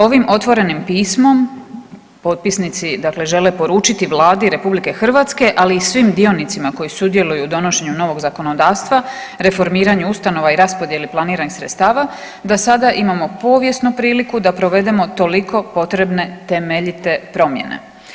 Ovim otvorenim pismom potpisnici, dakle žele poručiti Vladi RH ali i svim dionicima koji sudjeluju u donošenju novog zakonodavstva reformiranju ustanova i raspodjeli planiranih sredstava, da sada imamo povijesnu priliku da provedemo toliko potrebne temeljite promjene.